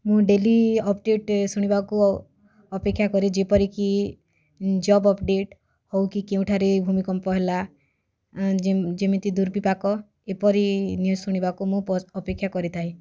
ମୁଁ daily update ଶୁଣିବାକୁ ଅପେକ୍ଷା କରେ ଯେପରିକି ଜବ୍ ଅପଡ଼େଟ୍ ହଉ କି କେଉଁଠାରେ ଭୂମିକମ୍ପ ହେଲା ଏଁ ଯେମିତି ଦୁର୍ବିପାକ ଏପରି ନ୍ୟୂଜ୍ ଶୁଣିବାକୁ ମୁଁ ଅପେକ୍ଷା କରିଥାଏ